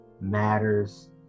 matters